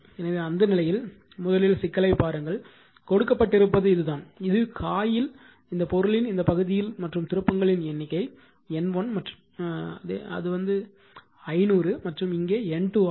எனவே அந்த நிலையில் முதலில் சிக்கலைப் பாருங்கள் கொடுக்கப்பட்டிருப்பது இதுதான் இது காயில் இந்த பொருளின் இந்த பகுதியில் மற்றும் திருப்பங்களின் எண்ணிக்கை N1 500 மற்றும் இங்கே N2 ஆகும்